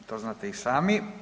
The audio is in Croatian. To znate i sami.